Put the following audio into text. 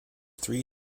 three